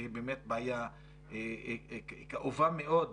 שהיא באמת בעיה כאובה מאוד,